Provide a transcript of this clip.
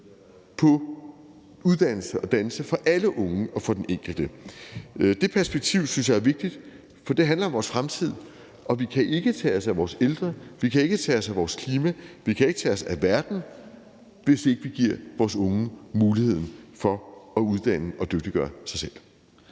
på uddannelse og dannelse for alle unge og for den enkelte? Det perspektiv synes jeg er vigtigt, for det handler om vores fremtid, og vi kan ikke tage os af vores ældre, vi kan ikke tage os af vores klima, vi kan ikke tage os af verden, hvis ikke vi giver vores unge muligheden for at uddanne og dygtiggøre sig selv.